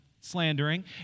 slandering